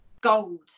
gold